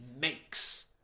makes